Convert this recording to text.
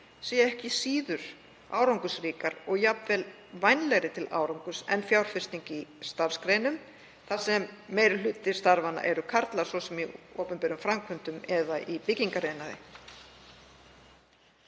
séu ekki síður árangursríkar og jafnvel vænlegri til árangurs en fjárfesting í starfsgreinum þar sem meiri hluti starfsmanna eru karlar, svo sem í opinberum framkvæmdum eða í byggingariðnaði.